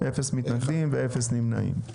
אפס מתנגדים ואפס נמנעים.